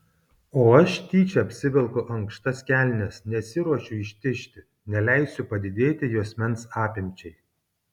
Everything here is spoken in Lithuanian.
o aš tyčia apsivelku ankštas kelnes nesiruošiu ištižti neleisiu padidėti juosmens apimčiai